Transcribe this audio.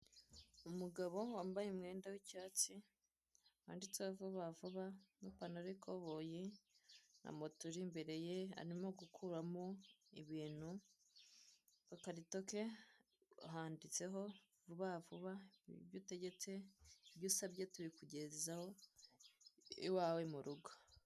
Umugabo wambaye umwenda w'icyatsi wanditseho vubavuba n'ipantaro y'ikoboyi na moto iri imbereye ye arimo gukuramo ibintu, agakarito ke handitseho, vubavuba ibyo utegetse, ibyo usabye tubikugezaho iwawe mu rugo.